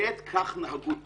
בי"ת, כך נהגו תמיד,